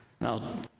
Now